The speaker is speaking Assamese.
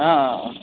অঁ অঁ অঁ